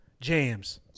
jams